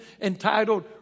entitled